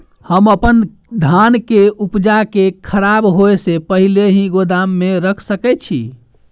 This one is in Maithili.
हम अपन धान के उपजा के खराब होय से पहिले ही गोदाम में रख सके छी?